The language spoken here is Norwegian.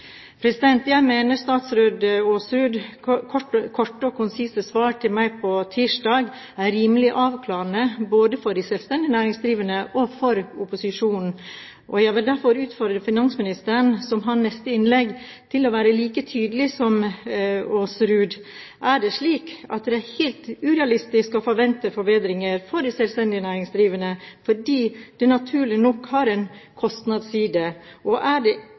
Jeg mener statsråd Aasruds korte og konsise svar til meg på tirsdag er rimelig avklarende både for de selvstendig næringsdrivende og for opposisjonen. Jeg vil derfor utfordre finansministeren, som har neste innlegg, til å være like tydelig som Aasrud. Er det slik at det er helt urealistisk å forvente forbedringer for de selvstendig næringsdrivende fordi det naturlig nok har en kostnadsside? Og er ikke det